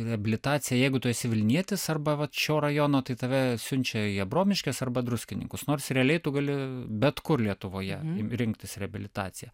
reabilitacija jeigu tu esi vilnietis arba vat šio rajono tai tave siunčia į abromiškes arba druskininkus nors realiai tu gali bet kur lietuvoje rinktis reabilitaciją